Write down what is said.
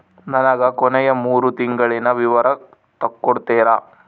ನನಗ ಕೊನೆಯ ಮೂರು ತಿಂಗಳಿನ ವಿವರ ತಕ್ಕೊಡ್ತೇರಾ?